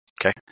Okay